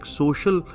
social